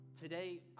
today